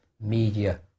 media